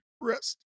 Rest